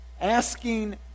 asking